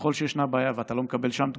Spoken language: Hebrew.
ככל שישנה בעיה ואתה לא מקבל שם תגובה,